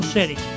City